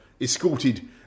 escorted